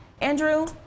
Andrew